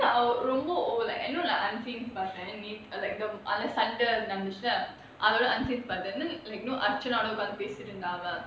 but isn't our அவ ரொம்ப:ava romba like பார்த்தேன்:paarthaen uh like the சண்டை நடந்துச்சுல:sandai nadanthuchulae you know archana வோட உட்கார்ந்து பேசிட்டுருந்தா அவ:voda utkaarnthu pesitrunthaa ava